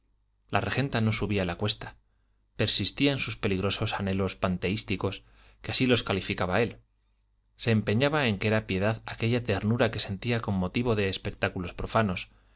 la regenta no subía la cuesta persistía en sus peligrosos anhelos panteísticos que así los calificaba él se empeñaba en que era piedad aquella ternura que sentía con motivo de espectáculos profanos